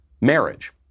marriage